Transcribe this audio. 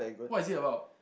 what is it about